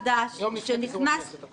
יום לפני פיזור הכנסת הקודמת.